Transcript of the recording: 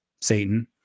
Satan